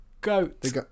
goat